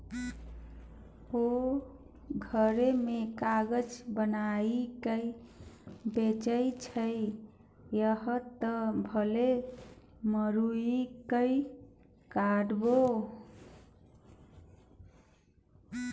ओ घरे मे काजर बनाकए बेचय छै यैह त भेलै माउगीक कारोबार